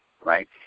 right